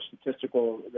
statistical